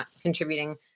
contributing